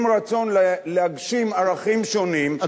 עם רצון להגשים ערכים שונים,